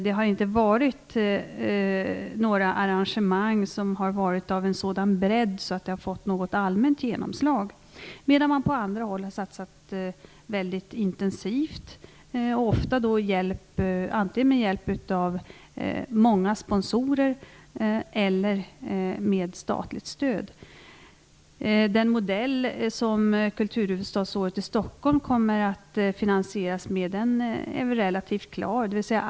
Det har inte varit några arrangemang som har varit av en sådan bredd att de har fått något allmänt genomslag. På andra håll har man satsat mycket intensivt antingen med hjälp av många sponsorer eller med statligt stöd. Den modell som kulturhuvudstadsåret i Stockholm kommer att finansieras med är relativt klar.